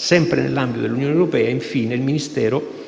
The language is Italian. Sempre dell'ambito dell'Unione europea, infine, il Ministero